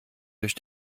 durch